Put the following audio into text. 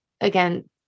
again